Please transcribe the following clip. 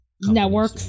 network